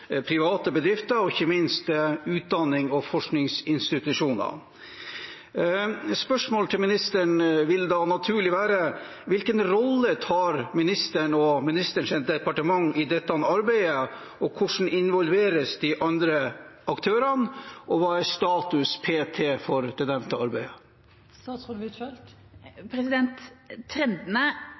til ministeren vil da naturlig være: Hvilken rolle tar ministeren og ministerens departement i dette arbeidet? Hvordan involveres de andre aktørene? Og hva er status p.t. for det nevnte arbeidet?